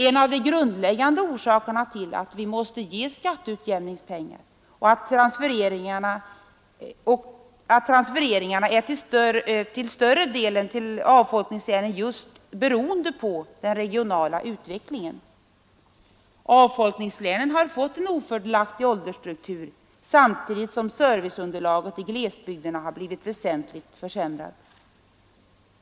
En av de grundläggande orsakerna till att vi måste ge skatteutjämningspengar och att transfereringarna är Avfolkningslänen har fått en ofördelaktig åldersstruktur, samtidigt som törre till avfolkningslänen är just den regionala utvecklingen. serviceunderlaget i glesbygderna har blivit väsentligt försämrat.